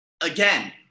Again